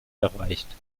erreicht